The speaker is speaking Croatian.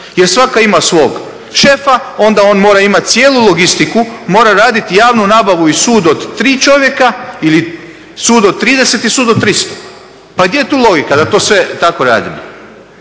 Jer svaka ima svog šefa, onda on mora imati cijelu logistiku, mora raditi javnu nabavu i sud od tri čovjeka ili sud od trideset i sud od tristo. Pa gdje je tu logika da to sve tako radimo?